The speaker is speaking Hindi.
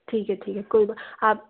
ठीक है ठीक है कोई बा आप